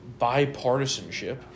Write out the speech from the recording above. bipartisanship